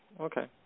Okay